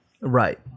Right